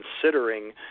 considering